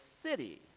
city